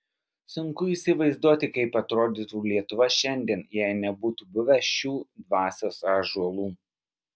sunku įsivaizduoti kaip atrodytų lietuva šiandien jei nebūtų buvę šių dvasios ąžuolų